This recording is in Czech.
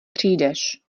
přijdeš